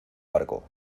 barco